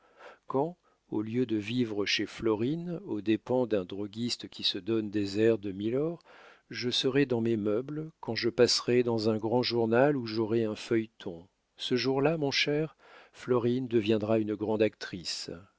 quand au lieu de vivre chez florine aux dépens d'un droguiste qui se donne des airs de milord je serai dans mes meubles que je passerai dans un grand journal où j'aurai un feuilleton ce jour-là mon cher florine deviendra une grande actrice